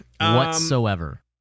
Whatsoever